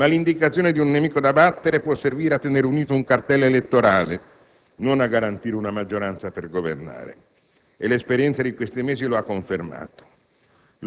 Ma l'indicazione di un nemico da battere può servire a tenere unito un cartello elettorale, non a garantire una maggioranza per governare. E l'esperienza di questi mesi lo ha confermato.